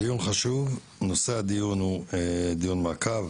נושא הדיון הוא דיון מעקב